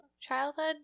childhood